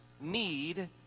need